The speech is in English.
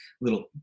little